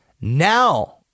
Now